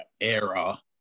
era